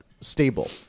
stable